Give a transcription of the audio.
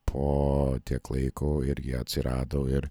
po tiek laiko irgi atsirado ir